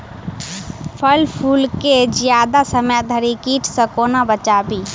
फल फुल केँ जियादा समय धरि कीट सऽ कोना बचाबी?